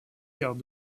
cartes